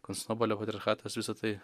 konstantinopolio patriarchatas visa tai